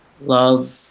love